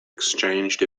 exchanged